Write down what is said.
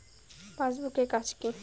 Passbook এর কাজ কি?